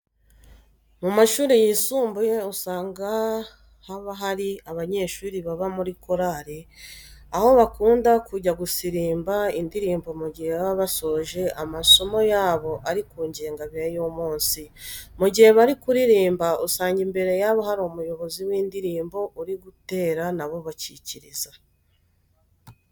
Mu mashuri yisumbuye usanga haba hari abanyeshuri baba muri korari, aho bakunda kujya gusubiramo indirimbo mu gihe baba basoje amasomo yabo ari ku ngengabihe y'umunsi. Mu guhe bari kuririmba usanga imbere yabo hari umuyobozi w'indirimbo uri gutera na bo bakicyiriza.